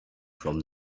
from